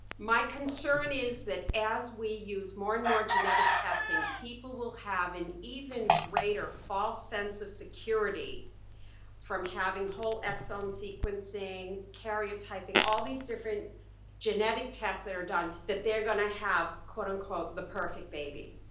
my concern is that as we use more and more genetic testing, people will have an even greater false sense of security from having whole exome sequencing, carrier typing, all these different genetic tests that are done, that they're gonna have quote unquote the perfect baby.